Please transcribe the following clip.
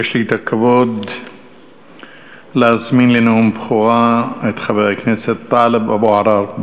יש לי הכבוד להזמין לנאום בכורה את חבר הכנסת טלב אבו עראר.